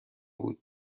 بود